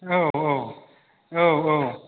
औ औ औ औ